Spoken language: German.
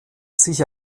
sich